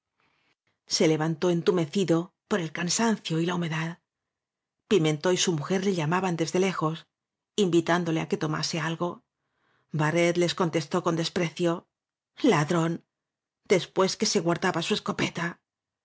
se levantó entumecido por el cansancio y la humedad pimentó y su mujer le llamaban desde lejos invitándole á que tomase algo barret les contestó con desprecio ladrón después que se guardaba su escopeta